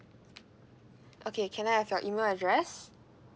okay can I have your email address